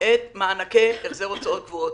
את מענקי החזרי ההוצאות הקבועות.